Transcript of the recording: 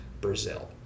Brazil